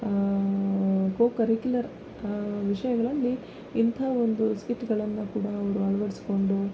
co-curricular ವಿಷಯಗಳಲ್ಲಿ ಇಂಥ ಒಂದು ಸ್ಕಿಟ್ಗಳನ್ನು ಕೂಡ ಅವರು ಅಳವಡ್ಸ್ಕೊಂಡು